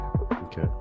okay